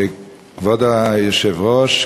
כבוד היושב-ראש,